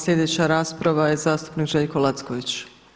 Sljedeća rasprava je zastupnik Željko Lacković.